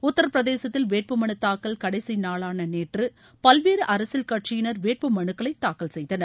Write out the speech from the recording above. உத்தரபிரதேசத்தில் வேட்பு மனு தாக்கல் கடைசி நாளான நேற்று பல்வேறு அரசியல் கட்சியினர் வேட்பு மனுக்களை தாக்கல் செய்தனர்